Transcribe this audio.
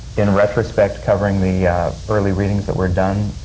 in retrospect, covering the early readings that were done,